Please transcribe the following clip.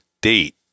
date